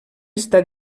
està